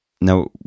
Now